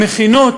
המכינות,